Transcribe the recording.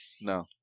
No